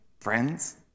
friends